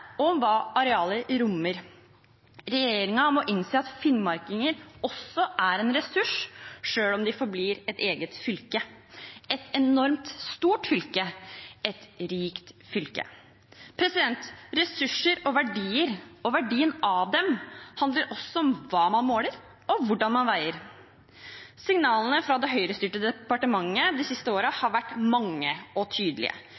og om hva areal rommer. Regjeringen må innse at finnmarkinger også er en resurs selv om de forblir i et eget fylke – et enormt stort fylke, et rikt fylke. Ressurser og verdier – og verdier av dem – handler også om hva man måler, og hvordan man veier. Signalene fra det Høyre-styrte departementet de siste årene har vært mange og tydelige: